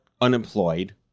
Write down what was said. unemployed